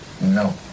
No